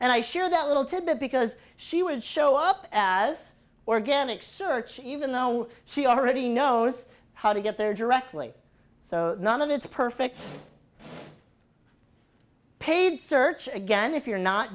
and i share that little tidbit because she would show up as organic search even though she already knows how to get there directly so none of it's a perfect paid search again if you're not